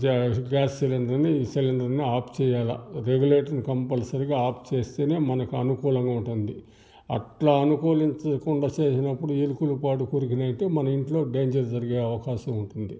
గ్యా సిలిండర్ని గ్యాస్ సిలిండర్ని ఆఫ్ చేయాల రెగ్యూలేటర్ని కంపల్సరీగా ఆఫ్ చేస్తేనే మనకు అనుకూలంగా ఉంటుంది అట్ల అనుకూలించకుండా చేసినప్పుడు ఎలకలు పాడు కొరికినాయంటే డేంజర్ జరిగే అవకాశం ఉంటుంది